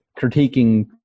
critiquing